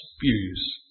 views